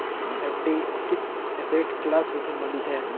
FD किस asset class से संबंधित है?